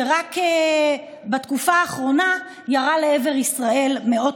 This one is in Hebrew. שרק בתקופה האחרונה ירה לישראל מאות